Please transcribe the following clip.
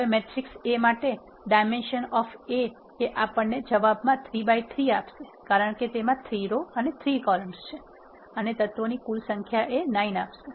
હવે matrix A માટે dimension of A આપણને જવાબમાં 3 by 3 આપશે કારણ કે તેમાં ૩ રો અને ૩ કોલમ્સ છે અને તત્વોની કુલ સંખ્યા ૯ આપશે